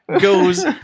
goes